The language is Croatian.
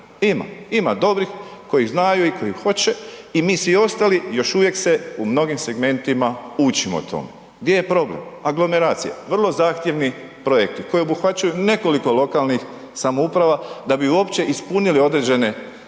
ima, ima dobrih koji znaju i koji hoće i mi svi ostali još uvijek se u mnogim segmentima učimo o tome. Gdje je problem? Aglomeracija. Vrlo zahtjevni projekti koji obuhvaćaju nekoliko lokalnih samouprava da bi uopće ispunili određene kriterije